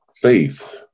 Faith